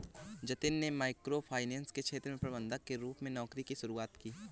जतिन में micro finance के क्षेत्र में प्रबंधक के रूप में नौकरी की शुरुआत की